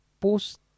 post